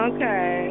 Okay